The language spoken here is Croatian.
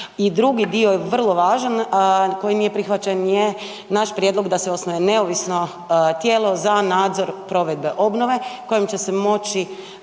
drugi dio je vrlo važan, a koji nije prihvaćen je naš prijedlog da se osnuje neovisno tijelo za nadzor provedbe obnove kojem će se moći